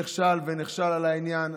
נכשל ונכשל על העניין.